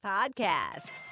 Podcast